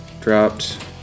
Dropped